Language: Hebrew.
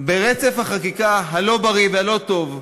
ברצף החקיקה הלא-בריא והלא-טוב,